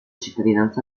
cittadinanza